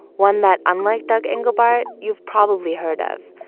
one that unlike doug engelbart, you've probably heard of,